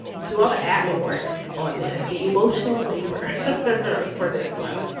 do all the admin work on this the emotional labor for this one.